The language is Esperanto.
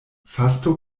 fasto